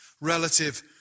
relative